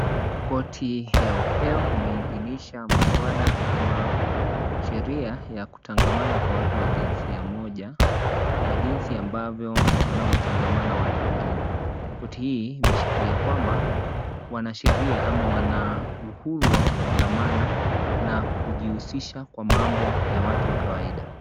Koti ya upeo imeidhinisha msawada ama sheria ya kutangamana kwa watu wa jinsia moja kwa jinsi ambavyo wanavyo tangamana watu wengine koti hii imeshikilia kwamba, wana sheria ama wana uhuru wa kutangamana na kujihusisha kwa mambo ya watu wa kawaida.